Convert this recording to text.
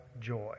joy